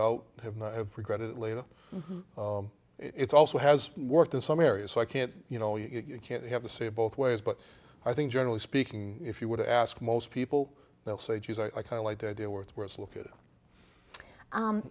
out have not have regretted it later it's also has worked in some areas so i can't you know you can't have the same both ways but i think generally speaking if you were to ask most people they'll say geez i kind of like the idea where it's worse look at